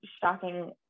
shocking